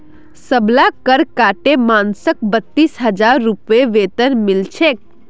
सबला कर काटे मानसक बत्तीस हजार रूपए वेतन मिल छेक